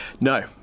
No